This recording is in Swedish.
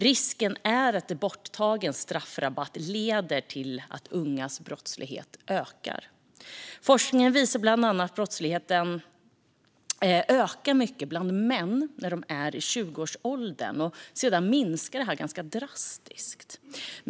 Risken är att en borttagen straffrabatt leder till att ungas brottslighet ökar. Forskning visar bland annat att brottsligheten ökar mycket bland män när de är i 20-årsåldern för att sedan minska drastiskt.